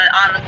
on